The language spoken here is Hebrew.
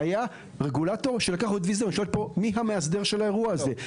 היה רגולטור שלקח ושאל פה מי המאסדר של האירוע הזה?